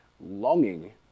longing